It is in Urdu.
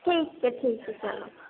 ٹھیک ہے ٹھیک ہے چلو